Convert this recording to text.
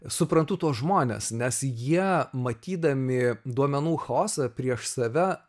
suprantu tuos žmones nes jie matydami duomenų chaosą prieš save